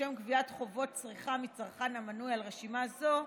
לשם גביית חובות צריכה מצרכן המנוי על רשימה זו,